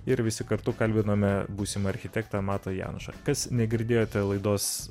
ir visi kartu kalbinome būsimą architektą matą janušą kas negirdėjote laidos